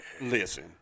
Listen